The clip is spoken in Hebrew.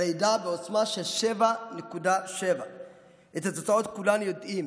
רעידה בעוצמה של 7.7. את התוצאות כולנו יודעים: